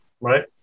right